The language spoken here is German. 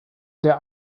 der